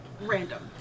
random